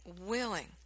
willing